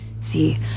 See